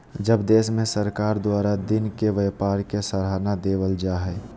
सब देश में सरकार के द्वारा दिन के व्यापार के सराहना देवल जा हइ